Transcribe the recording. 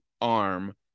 arm